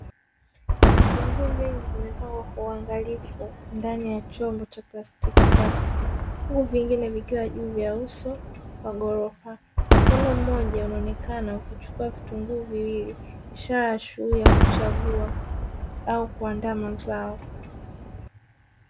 Vitunguu vingi vimepangwa kwa uangalifu ndani ya chombo cha plastiki cha bluu huku vingine vikiwa juu ya uso wa ghorofa. Mkono mmoja unaonekana ukichukua vitunguu viwili ishara ya shughuli ya kuchagua au kuandaa mazao.